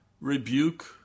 rebuke